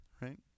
right